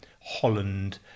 Holland